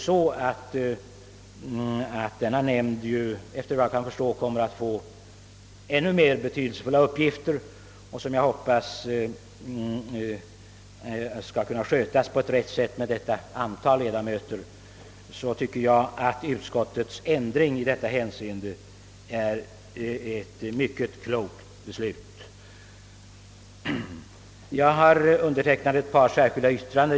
Eftersom nämnden vad jag kan förstå nu skall få ännu mer betydelsefulla uppgifter, som jag hoppas att den skall kunna sköta på ett riktigt sätt, tycker jag att utskottets ändringsförslag i detta avseende är mycket klokt. Jag har undertecknat ett par särskilda yttranden.